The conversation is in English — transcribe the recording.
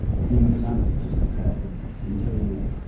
he was unsophisticated in doing that.